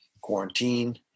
quarantine